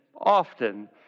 often